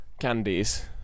candies